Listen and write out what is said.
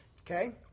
Okay